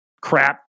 crap